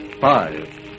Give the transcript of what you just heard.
Five